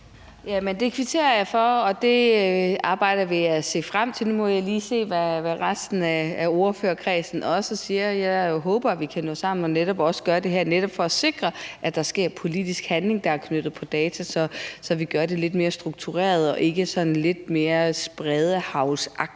Det kvitterer jeg for, og det arbejde vil jeg se frem til. Nu må jeg lige se, hvad resten af ordførerkredsen siger. Jeg håber, at vi kan nå sammen og gøre det her for netop at sikre, at der sker politisk handling, der er knyttet op på data, så vi gør det lidt mere struktureret og ikke sådan lidt mere spredehaglsagtigt,